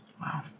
Wow